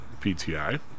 PTI